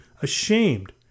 ashamed